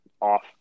off